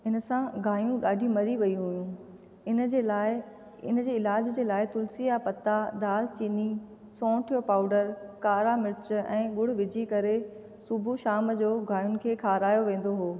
हिन सां गायूं ॾाढियूं मरी वयूं हुयूं इन जे इलाज जे लाइ तुलसीअ जा पता दालचीनी सैंठ जो पाऊडर कारा मिर्च ऐं ॻुड़ु विझी करे सुबूह शाम जो गांयुनि खे खारायो वेंदो हो